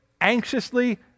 anxiously